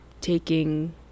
taking